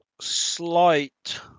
slight